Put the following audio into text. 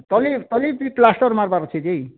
polish polish plaster marble ଅଛି କି